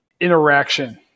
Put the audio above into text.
interaction